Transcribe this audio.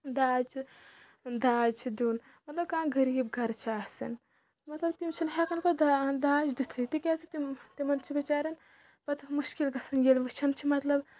داجہِ داج چھُ دیُٚن مطلب کانٛہہ غریٖب گَرٕ چھُ آسان مطلب تِم چھِنہٕ ہٮ۪کان کانٛہہ داج دِتھٕے تِکیازِ تِم تِمَن چھِ بِچارٮ۪ن پَتہٕ مُشکل گژھان ییٚلہِ وٕچھان چھِ مطلب